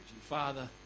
Father